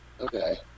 Okay